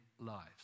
lives